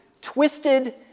twisted